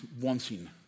wanting